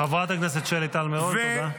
חברת הכנסת שלי טל מירון, תודה.